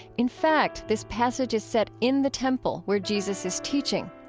in fact, this passage is set in the temple where jesus is teaching.